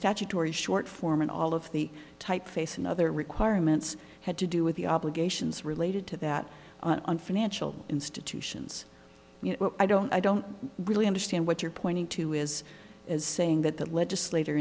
statutory short form and all of the typeface and other requirements had to do with the obligations related to that on financial institutions i don't i don't really understand what you're pointing to is as saying that the legislator